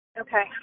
Okay